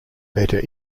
better